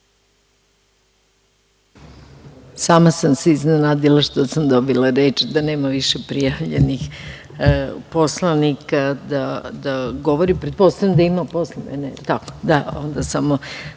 Sama sam se iznenadila što sam dobila reč, da nema više prijavljenih poslanika da govori. Pretpostavljam da ima posle mene?(Predsedavajući: